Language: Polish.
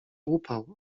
upał